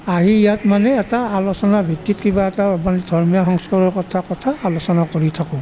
আহি ইয়াত মানে এটা আলোচনা ভিত্তিত কিবা এটা মানে ধৰ্মীয় সংস্কাৰৰ পতা কথা আলোচনা কৰি থাকোঁ